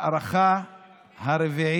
המרכזי